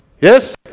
Yes